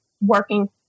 working